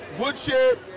Woodshed